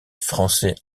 français